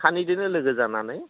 सानैदोनो लोगो जानानै